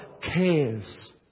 cares